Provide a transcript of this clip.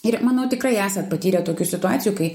ir manau tikrai esat patyrę tokių situacijų kai